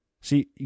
see